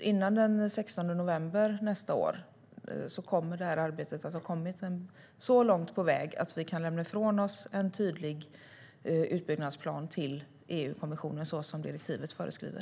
Innan den 18 november nästa år kommer det här arbetet att ha kommit så långt på väg att vi kan lämna ifrån oss en tydlig utbyggnadsplan till EU-kommissionen så som direktivet föreskriver.